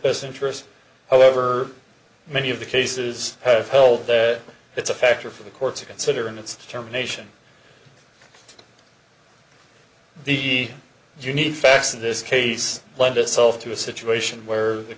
best interest however many of the cases have held that it's a factor for the courts to consider and it's germination the unique facts of this case lend itself to a situation where the